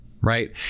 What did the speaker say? right